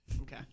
Okay